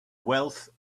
wealth